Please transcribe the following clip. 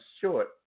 short